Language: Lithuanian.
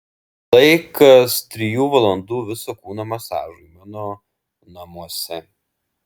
laikas trijų valandų viso kūno masažui mano namuose